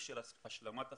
של השלמת השכלה,